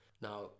Now